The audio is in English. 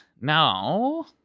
Now